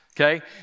Okay